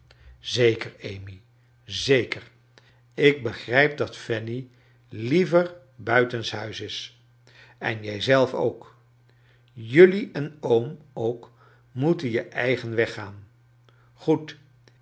zeker amy zeker ik begrijp dat fanny liever buitenshuis is en jij zelf ook jullie en oom ook moeten je eigen weg gaan goed